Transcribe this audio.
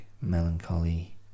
Melancholy